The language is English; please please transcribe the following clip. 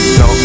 no